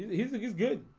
you think is good